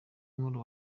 nkuru